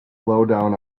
lowdown